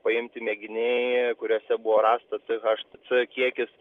paimti mėginiai kuriuose buvo rasta c h c kiekis